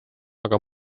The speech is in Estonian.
aga